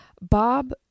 Bob